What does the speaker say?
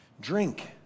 drink